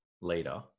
later